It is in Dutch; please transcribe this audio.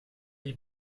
die